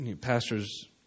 pastors